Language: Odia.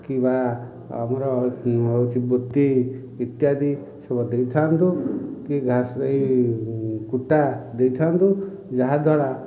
କିମ୍ବା ଆମର ହେଉଛି ବୃତ୍ତି ଇତ୍ୟାଦି ସବୁ ଦେଇଥାଆନ୍ତୁ କିମ୍ବା ସେଇ କୁଟା ଦେଇଥାଆନ୍ତୁ ଯାହାଦ୍ୱାରା